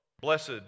Blessed